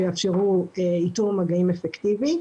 שיאפשרו איתור מגעים אפקטיבי,